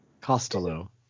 Costello